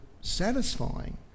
satisfying